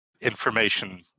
information